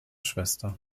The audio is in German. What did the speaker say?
schwester